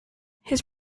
his